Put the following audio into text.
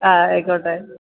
അ ആയിക്കോട്ടെ